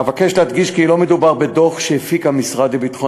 אבקש להדגיש כי לא מדובר בדוח שהפיק המשרד לביטחון